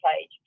page